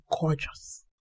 gorgeous